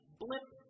blip